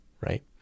right